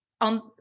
On